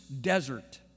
desert